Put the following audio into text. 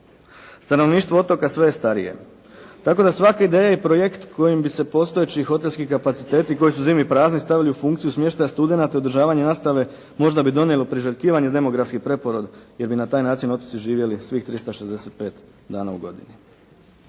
Stanovništvo otoka sve je starije, tako da svaka ideja i projekt kojim bi se postojeći hotelski kapaciteti koji su zimi prazni stavili u funkciju smještaja studenata i održavanje nastave, možda bi donijelo priželjkivani demografski preporod jer bi na taj način na otocima živjeli svih 365 dana u godini.